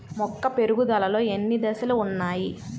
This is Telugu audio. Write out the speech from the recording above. మొక్క పెరుగుదలలో ఎన్ని దశలు వున్నాయి?